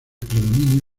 predominio